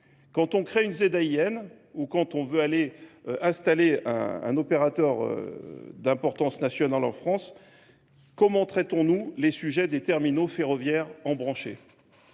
Quand on crée une zédaïenne ou quand on veut aller installer un opérateur d'importance nationale en France, comment traitons-nous les sujets des terminaux ferroviaires en branché ?